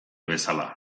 bezala